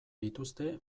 dituzte